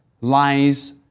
lies